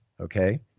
Okay